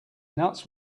nuts